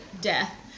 death